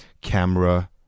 camera